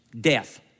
death